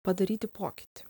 padaryti pokytį